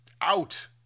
out